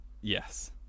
Yes